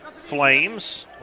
Flames